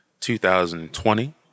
2020